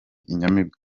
inyamibwa